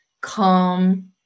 calm